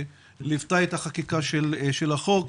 שליוותה את החקיקה של החוק,